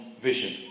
vision